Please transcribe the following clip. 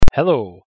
Hello